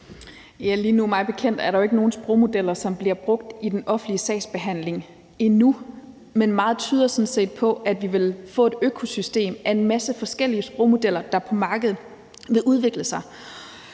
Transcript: mig bekendt ikke nogen sprogmodeller, der bliver brugt i den offentlige sagsbehandling – endnu. Men meget tyder sådan set på, at vi vil få et økosystem af en masse forskellige sprogmodeller, der vil udvikle sig